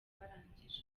barangije